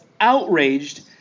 outraged